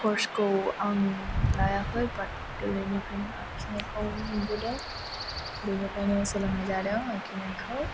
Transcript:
कर्सखौ आं लायाखै बात गोरलैनिफायनो आखिनायखौ नुबोदों बेनिखायनो सोलोंनाय जादों आखिनायखौ